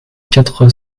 quatre